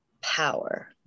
power